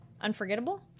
Unforgettable